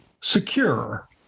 Secure